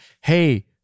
Hey